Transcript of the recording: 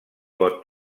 pot